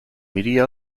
media